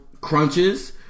crunches